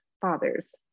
father's